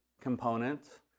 component